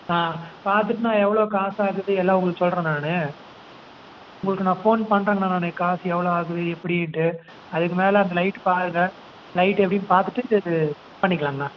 ஆ பார்த்துட்டு நான் எவ்வளோ காசு ஆகுது எல்லாம் உங்களுக்கு சொல்கிறேண்ணா நான் உங்களுக்கு நான் ஃபோன் பண்ணுறேங்கண்ணா நான் காசு எவ்வளோ ஆகுது எப்படின்ட்டு அதுக்கு மேலே அந்த லைட் பாருங்க லைட் எப்படின்னு பார்த்துட்டு பண்ணிக்கலாங்ண்ணா